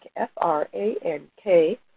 F-R-A-N-K